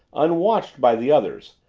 unwatched by the others,